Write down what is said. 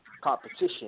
competition